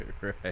Right